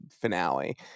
finale